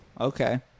okay